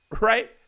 right